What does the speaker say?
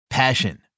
Passion